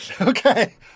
Okay